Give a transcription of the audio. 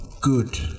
good